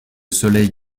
soleil